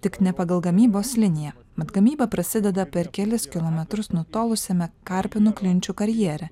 tik ne pagal gamybos liniją bet gamyba prasideda per kelis kilometrus nutolusiame karpinų klinčių karjere